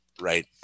right